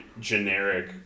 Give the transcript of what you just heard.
generic